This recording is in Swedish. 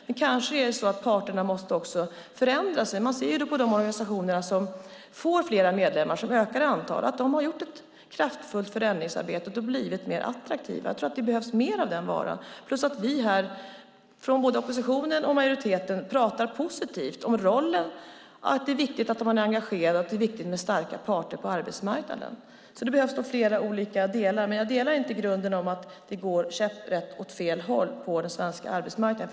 Parterna kanske måste förändras. De organisationer som får fler medlemmar har gjort ett kraftfullt förändringsarbete och blivit mer attraktiva. Jag tror att det behövs mer av den varan, liksom att vi, både från majoriteten och från oppositionen, behöver tala positivt om att det är viktigt att man är engagerad och att det är viktigt med starka parter på arbetsmarknaden. Det är nog flera åtgärder som behövs, men jag delar inte åsikten att det går käpprätt åt fel håll på den svenska arbetsmarknaden.